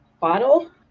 bottle